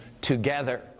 together